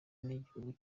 n’igihugu